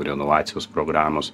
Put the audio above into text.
renovacijos programos